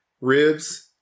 ribs